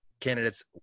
candidates